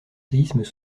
séismes